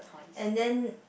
and then